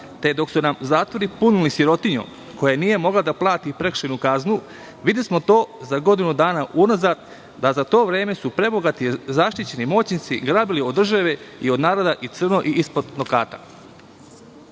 te dok su nam zatvori punjeni sirotinjom koja nije mogla da plati prekršajnu kaznu, videli smo to za godinu dana unazad da su za to vreme prebogati zaštićeni moćnici grabili od države i od naroda i crno ispod nokata. Stoga